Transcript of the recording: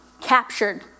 captured